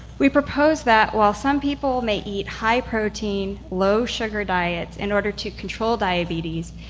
we propose that while some people may eat high protein, low sugar diets in order to control diabetes,